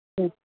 ம்